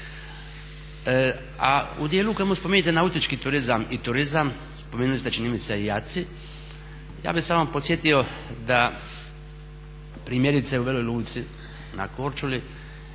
U dijelu u kojemu spominjete nautički turizam i turizam, spomenuli ste čini mi se i ACI, ja bih samo podsjetio da primjerice u Veloj Luci na Korčuli